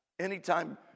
Anytime